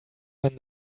when